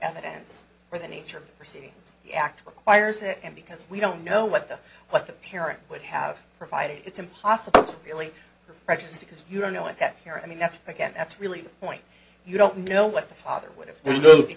evidence or the nature of proceedings the act requires it and because we don't know what the what the parent would have provided it's impossible to really precious because you don't know what that here i mean that's again that's really the point you don't know what the father would